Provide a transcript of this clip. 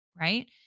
right